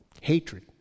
Hatred